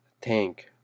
tank